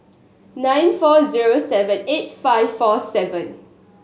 nine four zero seven eight five four seven